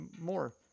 more